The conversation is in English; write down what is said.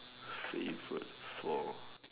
favorite four